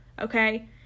Okay